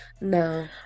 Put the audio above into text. no